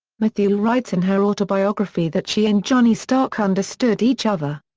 mathieu writes in her autobiography that she and johnny stark understood each other.